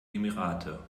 emirate